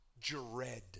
dread